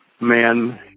man